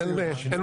אז אין בעיה.